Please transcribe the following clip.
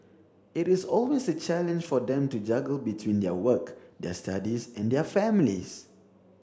it is always a challenge for them to juggle between their work their studies and their families